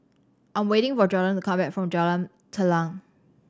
I'm waiting for Jorden to come back from Jalan Telang